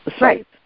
Right